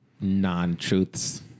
non-truths